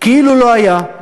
כאילו לא היה,